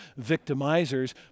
victimizers